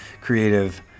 creative